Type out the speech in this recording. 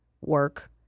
work